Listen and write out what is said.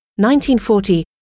1940